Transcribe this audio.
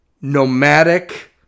nomadic